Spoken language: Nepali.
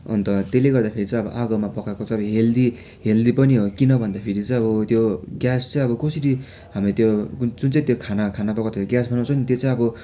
अन्त त्यसले गर्दाखेरि चाहिँ अब आगोमा पकाएको चाहिँ अब हेल्दी हेल्दी पनि हो किन भन्दा फेरि चाहिँ अब त्यो ग्यास चाहिँ अब कसरी हामी त्यो जुन चाहिँ त्यो खाना खाना पकाउँदा ग्यास बनाउँछ नि त्यो चाहिँ अब